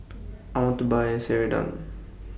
I want to Buy Ceradan